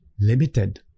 limited